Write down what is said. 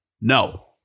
No